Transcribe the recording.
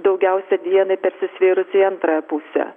daugiausia dienai persisvėrus į antrąją pusę